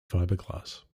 fiberglass